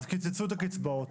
אז קיצצו את הקצבאות.